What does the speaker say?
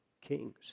kings